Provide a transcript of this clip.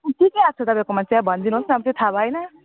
के के आएको छ तपाईँकोमा चाहिँ भनिदिनु होस् न अब त्यो थाहा भएन